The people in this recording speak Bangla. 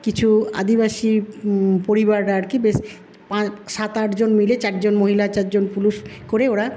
কিছু আদিবাসী পরিবার আর কি বেশ সাত আটজন মিলে চারজন মহিলা চারজন পুরুষ করে ওরা